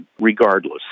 regardless